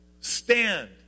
stand